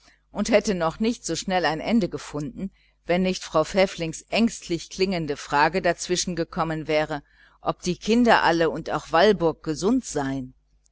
und hätte noch nicht so schnell ein ende gefunden wenn nicht frau pfäfflings ängstlich klingende frage dazwischen gekommen wäre ob die kinder alle und auch walburg gesund seien